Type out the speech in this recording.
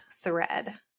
thread